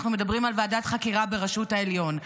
אנחנו מדברים על ועדת חקירה בראשות העליון.